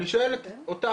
אני שואל אותך,